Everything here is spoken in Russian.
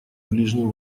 ближнем